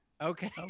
Okay